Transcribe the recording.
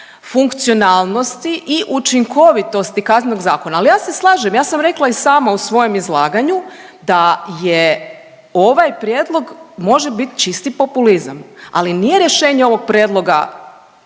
funkcionalnosti i učinkovitosti Kaznenog zakona. Ali ja se slažem, ja sam rekla i sama u svojem izlaganju da je ovaj prijedlog može bit čisti populizam, ali nije rješenje ovog prijedloga